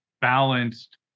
balanced